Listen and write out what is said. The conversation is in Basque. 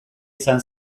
izan